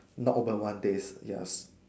not open one days yes